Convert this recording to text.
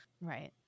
Right